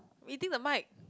eating the mic